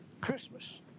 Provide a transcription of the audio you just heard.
Christmas